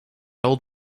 old